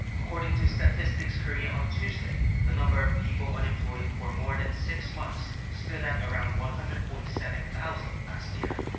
according to statistics korea on tuesday. the number of people unemployed for more than six months stood at around one hundred and forty seven thousand last year.